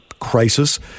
crisis